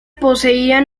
poseía